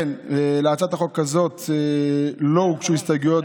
להצעת החוק הזאת לא הוגשו הסתייגויות,